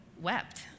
wept